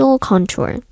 contour